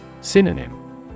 Synonym